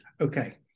Okay